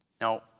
Now